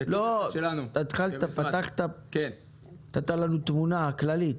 התחלת, נתת לנו תמונה כללית.